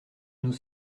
nous